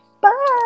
Bye